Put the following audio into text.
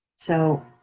so,